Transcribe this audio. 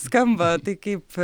skamba tai kaip